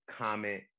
comment